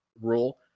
rule